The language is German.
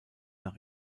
nach